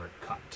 cut